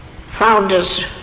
Founders